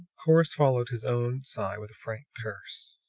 corrus followed his own sigh with a frank curse.